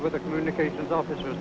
with the communications officer